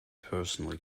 personally